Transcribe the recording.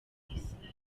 israel